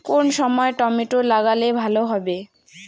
কোন সময় টমেটো লাগালে ভালো হবে?